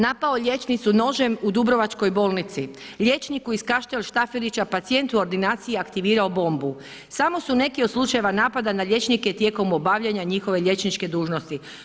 Napao liječnicu nožem u Dubrovačkoj bolnici, liječniku iz Kaštel Štafilića pacijent u ordinaciji je aktivirao bombu, samo su neki od slučajeva napada na liječnike tijekom obavljanja njihove liječničke dužnosti.